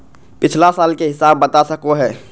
पिछला साल के हिसाब बता सको हो?